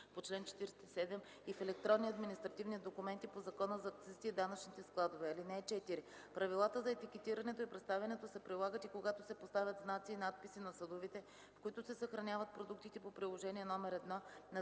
по чл. 47 и в електронни административни документи по Закона за акцизите и данъчните складове. (4) Правилата за етикетирането и представянето се прилагат и когато се поставят знаци и надписи на съдовете, в които се съхраняват продуктите по Приложение № 1, на